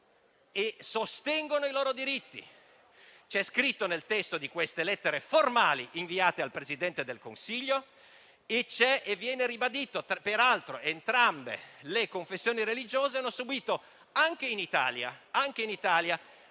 e sostengono i loro diritti. Ciò è scritto nel testo delle lettere formali inviate al Presidente del Consiglio, e viene ribadito. Peraltro, entrambe le confessioni religiose hanno subito, anche in Italia,